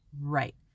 Right